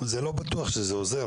לא בטוח שזה עוזר,